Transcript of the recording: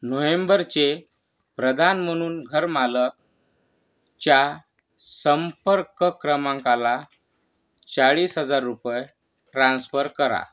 नोव्हेंबरचे प्रदान म्हणून घरमालकाच्या संपर्क क्रमांकाला चाळीस हजार रुपये ट्रान्स्फर करा